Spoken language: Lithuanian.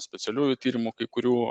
specialiųjų tyrimų kai kurių